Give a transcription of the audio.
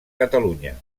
catalunya